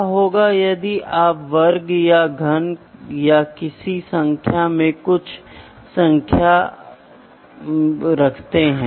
इसलिए ये सभी निर्णय या त्रुटि बनाने में मानवीय असंवेदनशीलता पर निर्भर करते हैं जो एक मानव सिस्टम में जोड़ सकते हैं